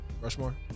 Rushmore